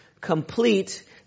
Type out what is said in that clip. complete